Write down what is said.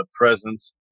presence